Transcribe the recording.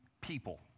people